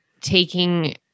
taking